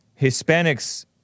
Hispanics